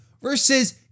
versus